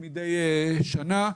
מדי שנה.